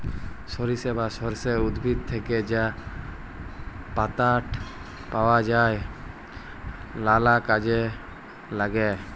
সরিষা বা সর্ষে উদ্ভিদ থ্যাকে যা পাতাট পাওয়া যায় লালা কাজে ল্যাগে